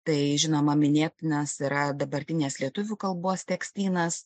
tai žinoma minėtinas yra dabartinės lietuvių kalbos tekstynas